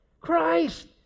Christ